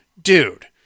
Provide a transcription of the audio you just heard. Dude